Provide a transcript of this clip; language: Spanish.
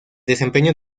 desempeño